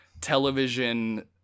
television